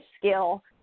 skill